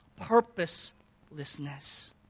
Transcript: purposelessness